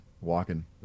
walking